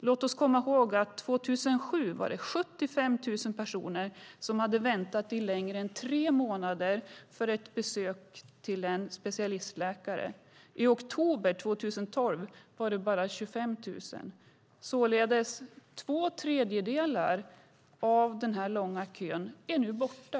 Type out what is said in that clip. Låt oss komma ihåg att 2007 var det 75 000 personer som hade väntat längre än tre månader på ett besök hos en specialistläkare. I oktober 2012 var det bara 25 000. Således är två tredjedelar av den här långa kön nu borta.